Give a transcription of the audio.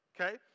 Okay